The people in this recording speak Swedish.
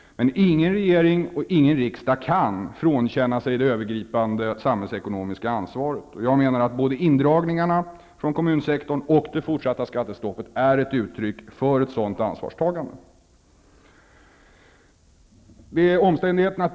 Men ingen regeringen eller riksdag kan frånkänna sig det övergripande samhällsekonomiska ansvaret. Både indragningarna från kommunsektorn och det fortsatta skattestoppet är ett uttryck för ett sådant ansvarstagande.